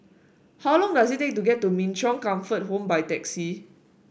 how long does it take to get to Min Chong Comfort Home by taxi